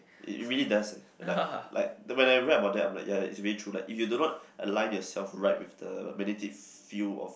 it it really does eh like like when I read about that I'm like ya it's really true like if you do not align yourself right with the magnetic field of